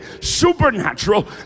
supernatural